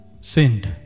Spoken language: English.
sinned